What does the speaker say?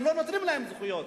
הם לא נותנים להם זכויות,